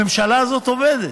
הממשלה הזאת עובדת.